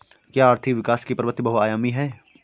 क्या आर्थिक विकास की प्रवृति बहुआयामी है?